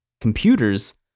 computers